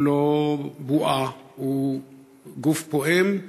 הוא לא בועה, הוא גוף פועם,